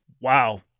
Wow